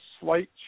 slight